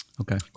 Okay